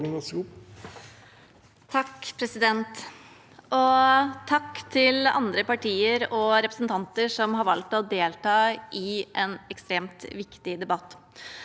(A) Takk til andre partier og representanter som har valgt å delta i en ekstremt viktig debatt.